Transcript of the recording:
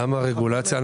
למה רגולציה?